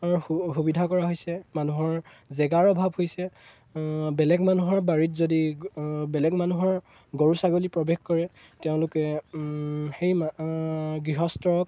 সুবিধা কৰা হৈছে মানুহৰ জেগাৰ অভাৱ হৈছে বেলেগ মানুহৰ বাৰীত যদি বেলেগ মানুহৰ গৰু ছাগলী প্ৰৱেশ কৰে তেওঁলোকে সেই গৃহস্থক